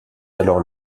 alors